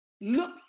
Look